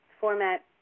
format